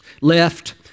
left